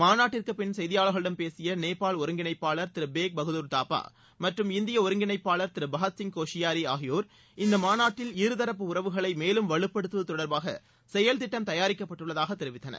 மாநாட்டிற்குப் பின்னர் செய்தியாளர்களிடம் பேசிய நேபாள் ஒருங்கிணைப்பாளர் திரு பேக் பகதூர் தாப்பா மற்றும் இந்திய ஒருங்கிணைப்பாளர் திரு பகத்சிங் கோஷியாரி ஆகியோர் இந்த மாநாட்டில் இருதரப்பு உறவுகளை மேலும் வலுப்படுத்துவது தொடர்பாக செயல்திட்டம் தயாரிக்கப்பட்டுள்ளதாக தெரிவித்தனர்